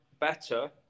better